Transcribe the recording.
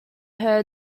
heard